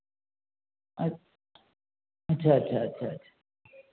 अच्छ अच्छा अच्छा अच्छा अच्छा